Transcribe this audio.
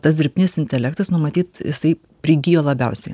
tas dirbtinis intelektas nu matyt jisai prigijo labiausiai